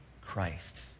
Christ